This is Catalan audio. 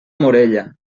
morella